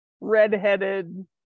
redheaded